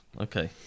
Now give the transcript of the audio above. Okay